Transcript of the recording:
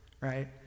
right